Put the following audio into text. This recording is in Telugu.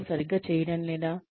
వారు సరిగ్గా చేయడం లేదా